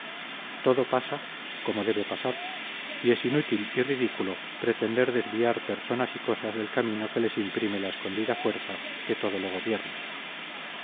todo pasa como debe pasar y es inútil y ridículo pretender desviar personas y cosas del camino que les imprime la escondida fuerza que todo lo gobierna